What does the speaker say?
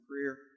career